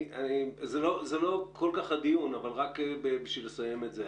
זה לא הדיון, אבל רק בשביל לסיים את זה.